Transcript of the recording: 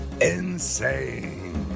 insane